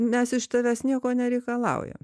mes iš tavęs nieko nereikalaujam